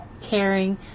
caring